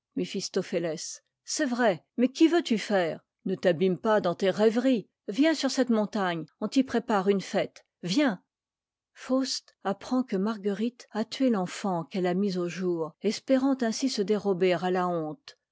c'est vrai mais qu'y veux-tu faire ne t'abîme pas dans tes rêveries viens sur cette montagne on t'y prépare une fête viens faust apprend que marguerite a tué l'enfant qu'elle a mis au jour espérant ainsi se dérober à la honte